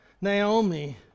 Naomi